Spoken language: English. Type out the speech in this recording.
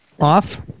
off